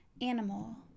Animal